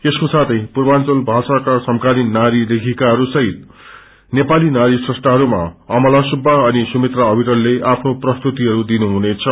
यसको साथै पूर्वाचंजल भाषाका समकालिन नारी लेखिकाहरू सहित नेपाली नारी म्रष्टाहरूमा अमला सुब्बा अनि सुमित्रा अविरलले आफ्नो प्रस्तुतिहरू दिनुहुनेछ